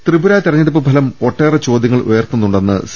ത്രിപുര തെരഞ്ഞെടുപ്പ് ഫലം ഒട്ടേറെ ചോദ്യങ്ങൾ ഉയർത്തുന്നുണ്ടെന്ന് സി